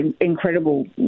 incredible